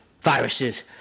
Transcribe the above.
viruses